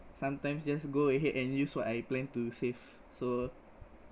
sometimes just go ahead and use what I plan to save so